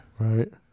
Right